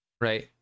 Right